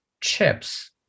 chips